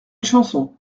chanson